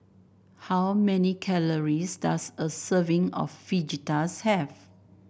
how many calories does a serving of Fajitas have